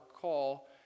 call